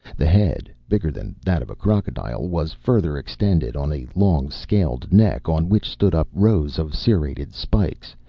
the head, bigger than that of a crocodile, was further extended on a long scaled neck on which stood up rows of serrated spikes,